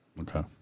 Okay